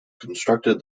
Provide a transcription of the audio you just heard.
constructed